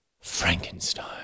Frankenstein